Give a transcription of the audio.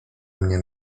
mnie